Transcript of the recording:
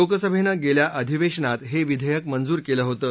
लोकसभेनं गेल्या अधिवेशनात हे विधेयक मंजूर केलं होतं